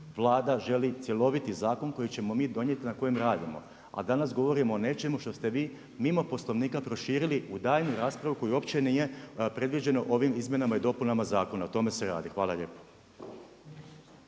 Vlada želi cjeloviti zakon, koji ćemo mi donijeti, na kojem radimo. A danas, govorimo o nečemu što ste vi, mimo poslovnika proširili u daljnju raspravu koja uopće nije predviđeno ovim izmjenama i dopunama zakona. O tome se radi. Hvala lijepo.